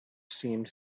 seemed